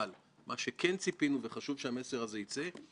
בלי ניתוח של לקוח ספציפי,